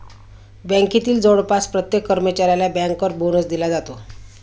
बँकेतील जवळपास प्रत्येक कर्मचाऱ्याला बँकर बोनस दिला जातो